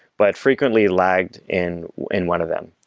but frequently lagged in in one of them.